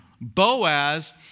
Boaz